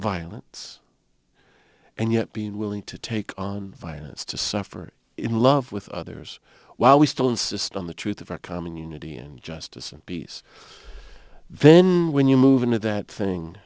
violence and yet being willing to take on violence to suffer in love with others while we still insist on the truth of our common unity and justice and peace then when you move into that thing